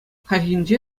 хальхинче